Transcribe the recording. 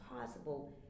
possible